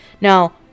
Now